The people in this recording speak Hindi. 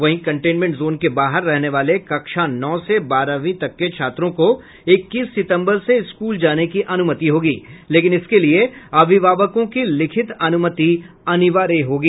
वहीं कंटेनमेंट जोन के बाहर रहने वाले कक्षा नौ से बारहवीं तक के छात्रों को इक्कीस सितम्बर से स्कूल जाने की अनुमति होगी लेकिन इसके लिए अभिभावकों की लिखित अनुमति अनिर्वाय होगी